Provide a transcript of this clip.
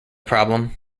problem